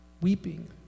weeping